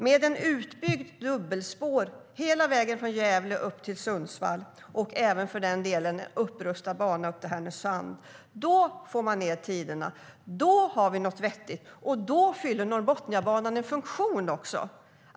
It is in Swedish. Med ett utbyggt dubbelspår hela vägen från Gävle upp till Sundsvall, och för den delen även en upprustad bana till Härnösand, får man ned tiderna. Då har vi något vettigt, och då fyller Norrbotniabanan en funktion.